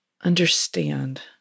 understand